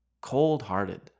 Cold-hearted